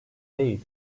değil